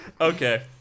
Okay